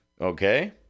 okay